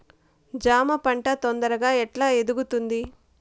జామ పంట తొందరగా ఎట్లా ఎదుగుతుంది?